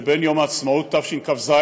שבין יום העצמאות תשכ"ז,